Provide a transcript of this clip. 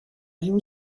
you